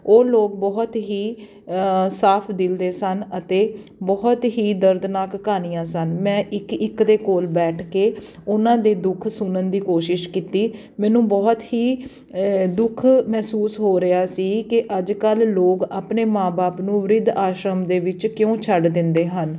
ਉਹ ਲੋਕ ਬਹੁਤ ਹੀ ਸਾਫ਼ ਦਿਲ ਦੇ ਸਨ ਅਤੇ ਬਹੁਤ ਹੀ ਦਰਦਨਾਕ ਕਹਾਣੀਆਂ ਸਨ ਮੈਂ ਇੱਕ ਇੱਕ ਦੇ ਕੋਲ ਬੈਠ ਕੇ ਉਹਨਾਂ ਦੇ ਦੁੱਖ ਸੁਣਨ ਦੀ ਕੋਸ਼ਿਸ਼ ਕੀਤੀ ਮੈਨੂੰ ਬਹੁਤ ਹੀ ਦੁੱਖ ਮਹਿਸੂਸ ਹੋ ਰਿਹਾ ਸੀ ਕਿ ਅੱਜ ਕੱਲ੍ਹ ਲੋਕ ਆਪਣੇ ਮਾਂ ਬਾਪ ਨੂੰ ਬਿਰਧ ਆਸ਼ਰਮ ਦੇ ਵਿੱਚ ਕਿਉਂ ਛੱਡ ਦਿੰਦੇ ਹਨ